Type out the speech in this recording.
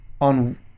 on